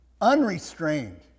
unrestrained